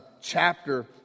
chapter